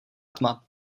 tma